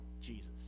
Jesus